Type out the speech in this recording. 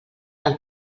del